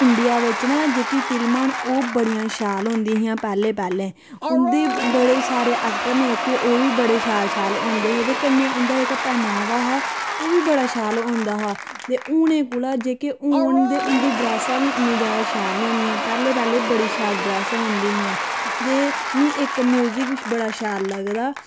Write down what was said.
India बिच्च न जेह्की फिल्मां न ओह् बड़ियां शैल होंदियां हियां पैह्लें पैह्लें उं'दे बड़े सारे ऐक्टर न जेह्के ओह् बी बड़े शैल शैल होंदे हे ते कन्नै उं'दा जेह्का पैह्नावा हा ओह् बी बड़ा शैल होंदा हा ते हून कोला जेह्के हून ते उंदियां ड्रैस्सां इन्नियां जादा शैल नी होंदियां पैह्लें पैह्लें बड़ी शैल ड्रैस्सां होंदी हियां ते मिगी इक म्यूजिक बड़ा शैल लगदा